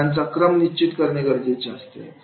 घटनांचा क्रम निश्चित करणे गरजेचे असते